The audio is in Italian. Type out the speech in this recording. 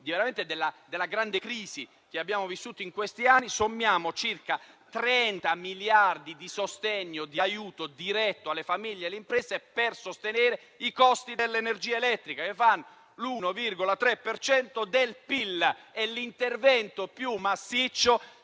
della grande crisi che abbiamo vissuto in questi anni - a circa 30 miliardi di sostegno e di aiuto diretto alle famiglie e alle imprese per sostenere i costi dell'energia elettrica, pari all'1,3 per cento del PIL: l'intervento dell'Italia